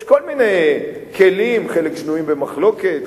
יש כל מיני כלים חלק שנויים במחלוקת,